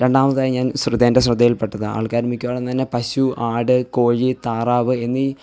രണ്ടാമതായി ഞാൻ ശ്രദ്ധ എന്റെ ശ്രദ്ധയിൽ പെട്ടത് ആൾക്കാർ മിക്കവാറും തന്നെ പശു ആട് കോഴി താറാവ് എന്നീ